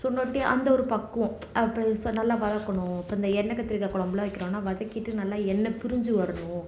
சொன்னாட்டி அந்த ஒரு பக்குவம் அது ஸோ நல்லா வதக்கணும் இப்போ அந்த எண்ணெய் கத்தரிக்காய் கொழம்புலாம் வைக்கிறோம்னால் வதக்கிட்டு நல்லா எண்ணெய்லாம் நல்ல பிரிந்து வரணும்